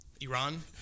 Iran